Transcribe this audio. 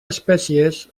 espècies